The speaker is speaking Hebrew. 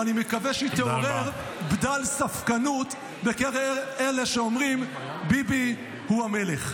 ואני מקווה שהיא תעורר בדל ספקנות בקרב אלה שאומרים "ביבי הוא המלך".